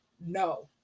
no